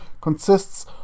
consists